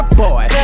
boy